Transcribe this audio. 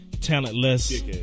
talentless